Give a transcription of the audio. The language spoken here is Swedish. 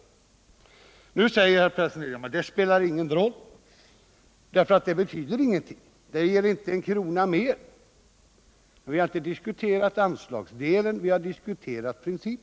Nu säger herr Persson i Heden att det här inte spelar någon roll, för fonden betyder ingenting. Den ger inte en krona mer. Vi har dock inte diskuterat anslagsdelen, utan vi har diskuterat principen.